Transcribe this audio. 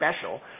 special